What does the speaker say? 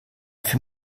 für